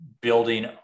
building